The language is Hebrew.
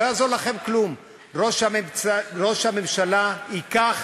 לא יעזור לכם כלום: ראש הממשלה ייקח,